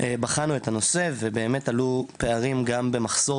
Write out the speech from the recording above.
בחנו את הנושא ובאמת עלו פערים גם במחסור